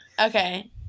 Okay